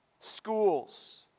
schools